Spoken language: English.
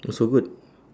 that's a good